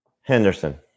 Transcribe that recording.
Henderson